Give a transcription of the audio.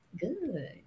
Good